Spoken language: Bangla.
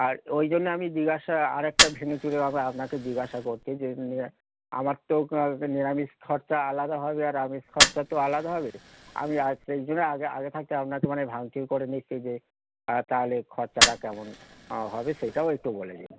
আর ওই জন্যে আমি জিজ্ঞাসা আরেকটা ভেবেছিলাম আপনাকে জিজ্ঞাসা করতে যে আমার তো নিরামিষ খরচা আলাদা হবে আর আমিষ খরচা তো আলাদা হবে আমি সেই জন্য আগে আগে থাকতে আপনাকে মানে করে দিচ্ছি যে তাহলে খরচাটা কেমন হবে সেইটাও একটু বলে দেবেন